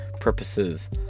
purposes